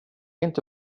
inte